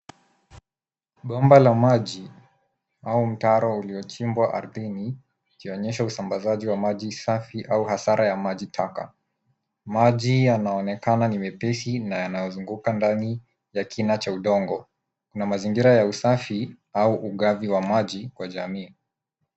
Bomba la maji au mtaro uliochimbwa ardhini ikionyesha usambazaji wa maji safi au hasara ya maji taka. Maji yanaonekana ni mepesi na yanayozunguka ndani ya kina cha udongo. Kuna mazingira ya usafi au ugavi wa maji kwa jamii.